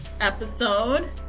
episode